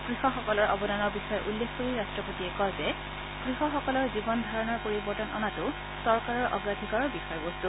কৃষকসকলৰ অৱদানৰ বিষয়ে উল্লেখ কৰি ৰাষ্টপতিয়ে কয় যে কৃষকসকলৰ জীৱন ধাৰণৰ পৰিৱৰ্তন অনাটো চৰকাৰৰ অগ্ৰাধিকাৰৰ বিষয়বস্তু